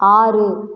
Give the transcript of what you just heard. ஆறு